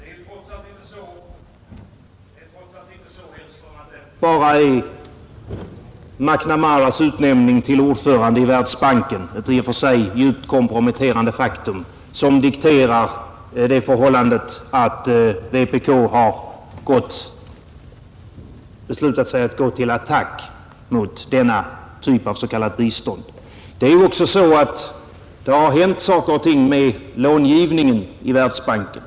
Herr talman! Det är trots allt inte så, herr Hellström, att det bara är MacNamaras utnämning till ordförande i Världsbanken — ett i och för sig djupt komprometterande faktum — som dikterar det förhållandet att vpk har beslutat sig att gå till attack mot denna typ av s.k. bistånd. Det är också så att det har hänt saker och ting med långivningens struktur i Världsbanken.